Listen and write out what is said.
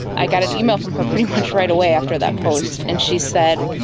i got an email from her pretty much right away after that post, and she said,